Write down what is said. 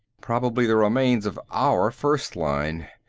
probably the remains of our first-line.